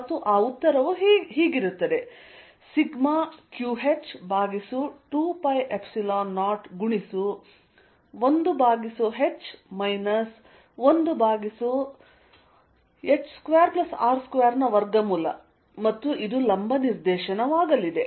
ಮತ್ತು ಆ ಉತ್ತರವು ಹೀಗಿರುತ್ತದೆ ಸಿಗ್ಮಾ qh ಭಾಗಿಸು 20 ಗುಣಿಸು 1h ಮೈನಸ್ 1h2R2 ಮತ್ತು ಇದು ಲಂಬ ನಿರ್ದೇಶನವಾಗಲಿದೆ